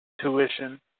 tuition